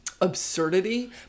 absurdity